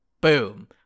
Boom